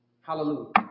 hallelujah